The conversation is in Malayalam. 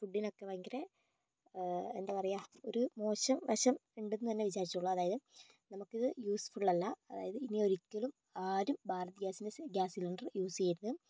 ഫുഡിനൊക്കെ ഭയങ്കര എന്താ പറയുക ഒരു മോശം വശം ഉണ്ടെന്ന് തന്നെ വിചാരിച്ചോളൂ അതായത് നമുക്കിത് യൂസ്ഫുള്ളല്ല അതായത് ഇനി ഒരിക്കലും ആരും ഭാരത് ഗ്യാസിന്റെ ഗ്യാസിലിൻഡർ യൂസ് ചെയ്യരുത്